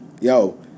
Yo